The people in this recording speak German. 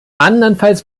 andernfalls